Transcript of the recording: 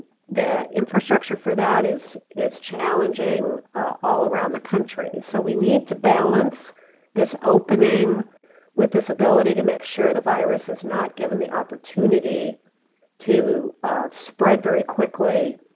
the infrastructure for that is is challenging all around the country. so we need to balance this opening with this ability to make sure the virus is not given the opportunity to spread very quickly.